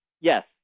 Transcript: Yes